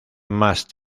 más